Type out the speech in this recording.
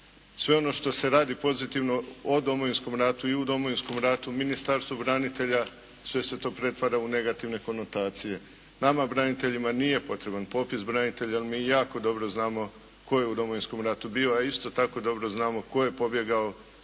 Sve ono što se radi pozitivno o Domovinskom ratu i u Domovinskom ratu, Ministarstvu branitelja, sve se to pretvara u negativne konotacije. Nama branitelja nije potreban popis branitelja jer mi jako dobro znamo tko je u Domovinskom ratu bio, a isto tako dobro znamo tko je pobjegao